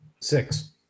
Six